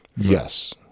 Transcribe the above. Yes